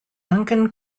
duncan